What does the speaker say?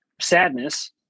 sadness